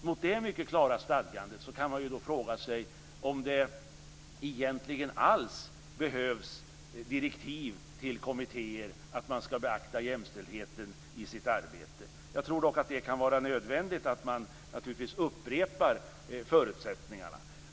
Mot detta mycket klara stadgande kan man ju fråga sig om det egentligen alls behövs direktiv till kommittéer att beakta jämställdheten i sitt arbete. Jag tror dock att det kan vara nödvändigt att upprepa förutsättningarna.